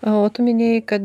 o tu minėjai kad